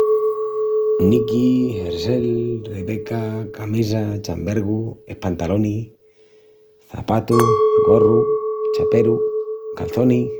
Niqui, jersel, rebeca, camisa, chambergu, espantalonis, çapatus, gorru, chaperu, calçonis.